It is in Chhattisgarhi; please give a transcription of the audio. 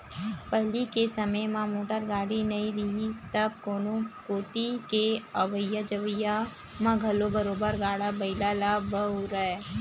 पहिली के समे म मोटर गाड़ी नइ रिहिस तब कोनो कोती के अवई जवई म घलो बरोबर गाड़ा बइला ल बउरय